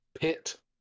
pit